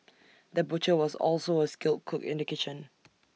the butcher was also A skilled cook in the kitchen